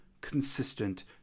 consistent